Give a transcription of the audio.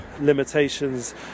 limitations